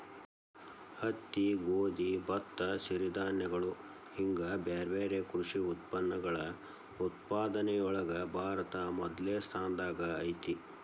ಹತ್ತಿ, ಗೋಧಿ, ಭತ್ತ, ಸಿರಿಧಾನ್ಯಗಳು ಹಿಂಗ್ ಬ್ಯಾರ್ಬ್ಯಾರೇ ಕೃಷಿ ಉತ್ಪನ್ನಗಳ ಉತ್ಪಾದನೆಯೊಳಗ ಭಾರತ ಮೊದಲ್ನೇ ಸ್ಥಾನದಾಗ ಐತಿ